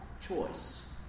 choice